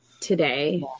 today